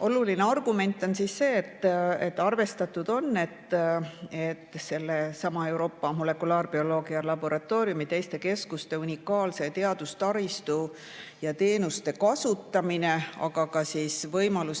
Oluline argument on see, et arvestatud on, et sellesama Euroopa Molekulaarbioloogia Laboratooriumi teiste keskuste unikaalse teadustaristu ja teenuste kasutamine, aga ka